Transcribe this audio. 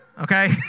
okay